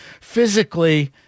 physically